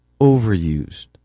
overused